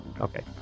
Okay